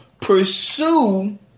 pursue